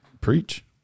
preach